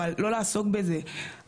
אבל לא לעסוק בזה,